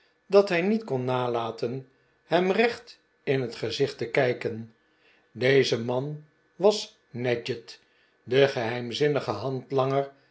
dat hij niet kon nalaten hem recht in zijn gezicht te kijken deze man was nadgett de geheimzinnige